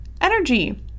energy